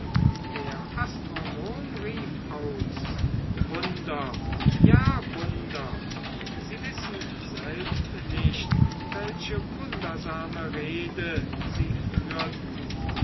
der astronom rief aus wunder ja wunder sie wissen selbst nicht welche wundersame rede sie führten